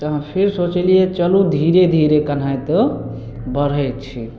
तहन फेर सोचलियै चलू धीरे धीरे केनाहितो बढ़य छी